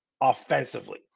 offensively